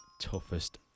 toughest